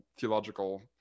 theological